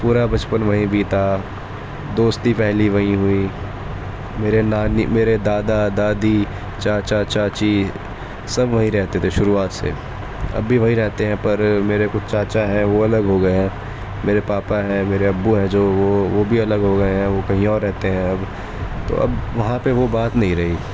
پورا بچپن وہیں بیتا دوستی پہلی وہیں ہوئی میرے نانی میرے دادا دادی چاچا چاچی سب وہیں رہتے تھے شروعات سے اب بھی وہیں رہتے ہیں پر میرے کچھ چاچا ہیں وہ الگ ہو گئے ہیں میرے پاپا ہیں میرے ابو ہیں جو وہ وہ بھی الگ ہو گئے ہیں وہ کہیں اور رہتے ہیں اب تو اب وہاں پہ وہ بات نہیں رہی